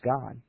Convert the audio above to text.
God